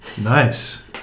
Nice